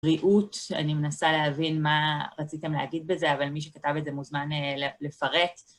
בריאות, אני מנסה להבין מה רציתם להגיד בזה, אבל מי שכתב את זה מוזמן לפרט.